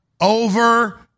over